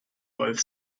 both